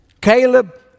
Caleb